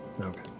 Okay